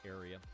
area